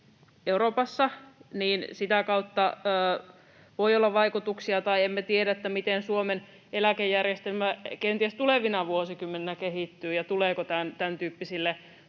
Euroopassa, sitä kautta voi olla vaikutuksia, tai emme tiedä, miten Suomen eläkejärjestelmä kenties tulevina vuosikymmeninä kehittyy ja tuleeko tämäntyyppisille